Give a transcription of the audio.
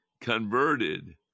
converted